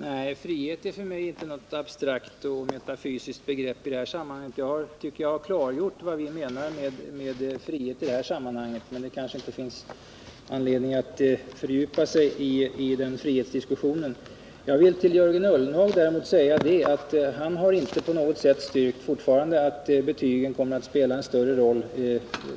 Herr talman! Nej, frihet är för mig inte något abstrakt eller metafysiskt begrepp i det här sammanhanget. Jag tycker att jag har klargjort vad vi menar med frihet. Däremot vill jag till Jörgen Ullenhag säga att han fortfarande inte på något sätt styrkt att betygen kommer att spela en större roll